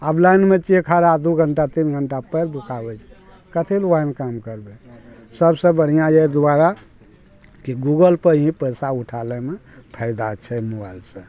आब लाइनमे छियै खड़ा दू घंटा तीन घंटा पएर दुखाबै छै कथी लोग ओहेन काम करबै सबसे बढ़िआँ यऽ एहि दुआरा कि गूगल पर ही पैसा उठा लै मे फायदा छै मोबाइल सऽ